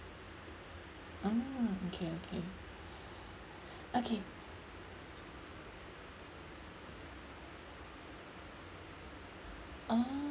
ah okay okay okay ah